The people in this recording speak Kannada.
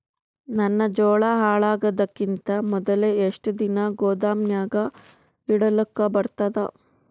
ನನ್ನ ಜೋಳಾ ಹಾಳಾಗದಕ್ಕಿಂತ ಮೊದಲೇ ಎಷ್ಟು ದಿನ ಗೊದಾಮನ್ಯಾಗ ಇಡಲಕ ಬರ್ತಾದ?